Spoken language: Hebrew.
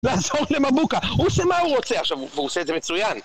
לעזור למבוקה! הוא עושה מה הוא רוצה עכשיו, והוא עושה את זה מצוין!